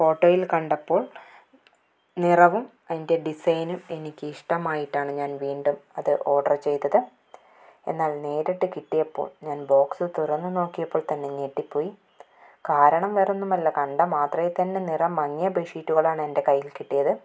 ഫോട്ടോയില് കണ്ടപ്പോള് നിറവും അതിന്റെ ഡിസൈനും എനിക്ക് ഇഷ്ടമായിട്ടാണ് ഞാന് വീണ്ടും അത് ഓര്ഡര് ചെയ്തത് എന്നാല് നേരിട്ട് കിട്ടിയപ്പോള് ഞാന് ബോക്സ് തുറന്നു നോക്കിയപ്പോള് തന്നെ ഞെട്ടിപ്പോയി കാരണം വേറൊന്നുമല്ല കണ്ട മാത്രയില് തന്നെ നിറം മങ്ങിയ ബെഡ്ഷീറ്റുകളാണ് എന്റെ കൈയില് കിട്ടിയത്